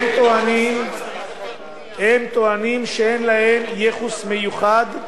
הם טוענים שאין להם ייחוס מיוחד,